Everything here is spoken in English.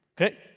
Okay